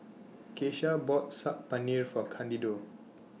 Kesha bought Saag Paneer For Candido